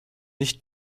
nicht